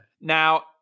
Now